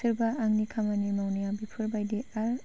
सोरबा आंनि खामानि मावनायाव बेफोरबादि आरो